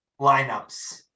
lineups